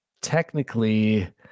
technically